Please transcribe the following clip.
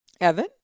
Evan